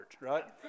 right